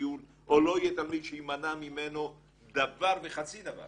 לטיול או לא יהיה תלמיד שימנע ממנו דבר וחצי דבר